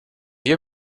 you